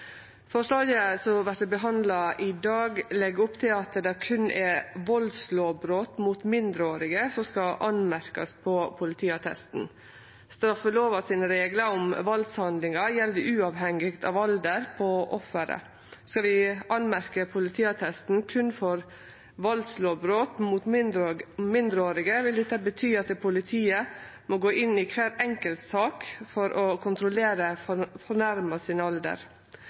Forslaget som vert behandla i dag, legg opp til at det berre er valdslovbrot mot mindreårige som skal merkjast av på politiattesten. Reglane i straffelova om valdshandlingar gjeld uavhengig av alderen på offeret. Skal vi merkje av på politiattesten berre for valdslovbrot mot mindreårige, vil dette bety at politiet må gå inn i kvar enkelt sak for å kontrollere alderen til den fornærma.